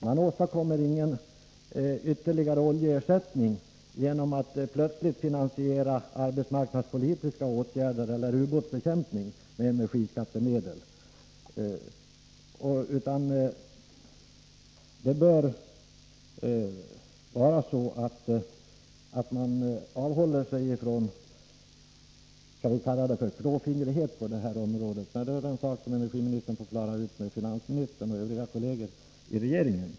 Man åstadkommer ingen ytterligare oljeersättning genom att plötsligt finansiera arbetsmarknadspolitiska åtgärder eller ubåtsbekämpning med energiskattemedel. Man bör avhålla sig från klåfingrighet på detta område. Men det är en sak som energiministern får klara ut med finansministern och övriga kolleger i regeringen.